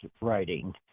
writing